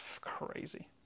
crazy